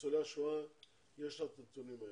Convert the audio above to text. ניצולי השואה יש את הנתונים האלה.